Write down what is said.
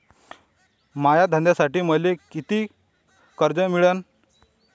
माया धंद्यासाठी मले कितीक कर्ज मिळनं?